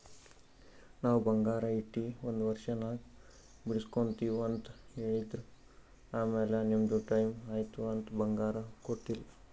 ನಾವ್ ಬಂಗಾರ ಇಟ್ಟಿ ಒಂದ್ ವರ್ಷನಾಗ್ ಬಿಡುಸ್ಗೊತ್ತಿವ್ ಅಂತ್ ಹೇಳಿದ್ರ್ ಆಮ್ಯಾಲ ನಿಮ್ದು ಟೈಮ್ ಐಯ್ತ್ ಅಂತ್ ಬಂಗಾರ ಕೊಟ್ಟೀಲ್ಲ್